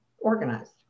organized